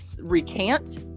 recant